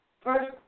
First